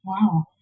Wow